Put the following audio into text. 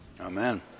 Amen